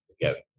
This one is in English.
together